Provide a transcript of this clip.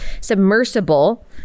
submersible